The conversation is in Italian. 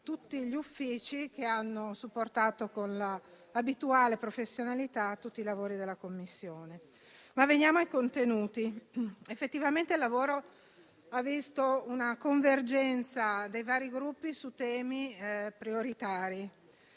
tutti gli uffici che hanno supportato con l'abituale professionalità tutti i lavori della Commissione. Ma veniamo ai contenuti. Effettivamente il lavoro ha visto una convergenza dei vari Gruppi su temi prioritari